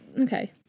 Okay